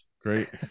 Great